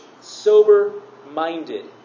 sober-minded